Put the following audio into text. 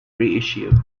reissued